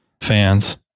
fans